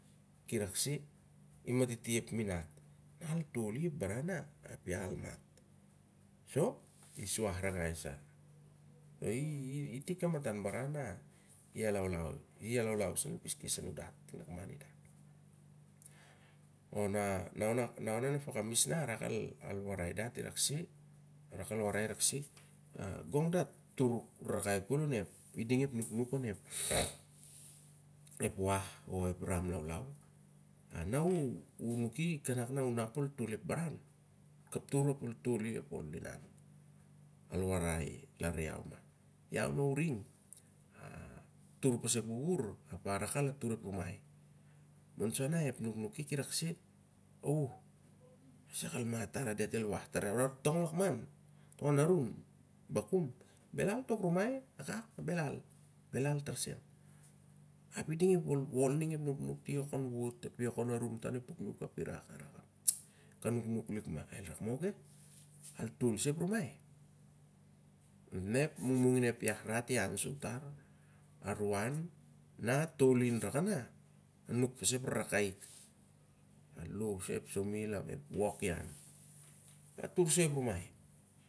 I rakse, i matiti ep minat. Na al tul i ep baran na ap al mat, ap i suah rangai sa. I tik kamatan baran na i a laulau ep keskes anun dat i ting an lakman i dah. Na ona idah ep fakamis na a rakal warai dat rakseh. Gong dat tur rarakai kud oni ding ep nuknuk on ep wah o onep rum laulau. "Na u nuki kanak na u nap ol tol ep barana kap tur ap ol ol tol i ap ol inan. Al warai i lar lau. iau na uring natur pas ep wawar ap a ruk al atur ep rumai. ep nuknukik i rak seh oh sak al matur ah sak diat el wah tar iau ah. Tong an narun, bakum, belal tok rumai akak. belal. Ap i ding ep wolwol ning i wot api wok kom arum tu onep pukluk a nuknuk lik ma. Tare al tol sa ep rumai. Ap na ep mung mung in ep yahrut i an sau tar, a ruan na atol in ran una, anuk pasa ep rarakai ik. A tokom soi ep sawmill, ap ep wot ian, atur soi ep rumai.